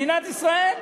מדינת ישראל.